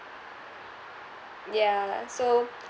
ya so